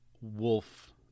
wolf